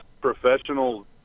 professional